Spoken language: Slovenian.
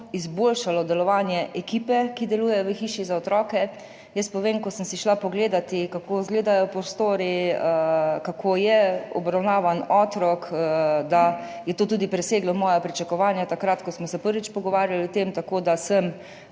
izboljšalo delovanje ekipe, ki deluje v Hiši za otroke. Jaz vam povem, ko sem si šla pogledat, kako izgledajo prostori, kako je obravnavan otrok, da je to tudi preseglo moja pričakovanja, takrat, ko smo se prvič pogovarjali o tem, tako da sem